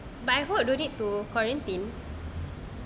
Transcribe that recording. but I hope don't need to quarantine